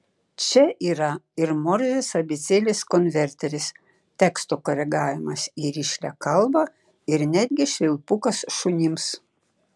čia yra ir morzės abėcėlės konverteris teksto koregavimas į rišlią kalbą ir netgi švilpukas šunims